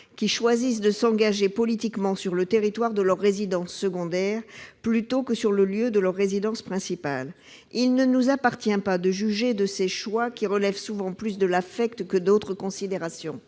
qui choisissent de s'engager politiquement sur le territoire de leur résidence secondaire plutôt que sur le lieu de leur résidence principale. Il ne nous appartient pas de juger ce choix qui relève souvent plus de l'affect que d'autres considérations.